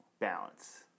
balance